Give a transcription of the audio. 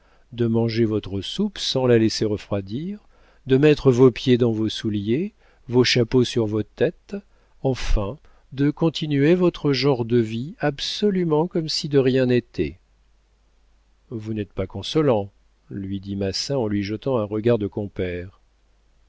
de manger votre soupe sans la laisser refroidir de mettre vos pieds dans vos souliers vos chapeaux sur vos têtes enfin de continuer votre genre de vie absolument comme si de rien n'était vous n'êtes pas consolant lui dit massin en lui jetant un regard de compère